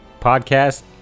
podcast